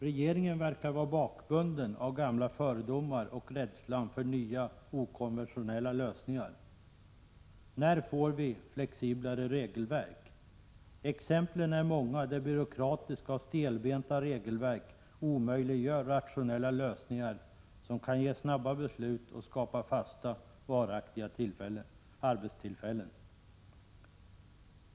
Regeringen verkar vara bakbunden av gamla fördomar och rädsla för nya, okonventionella lösningar. När får vi flexiblare regelverk? Exemplen är många på att byråkratiska och stelbenta regelverk omöjliggör rationella lösningar som kan ge snabba beslut och skapa fasta, varaktiga arbetstillfällen.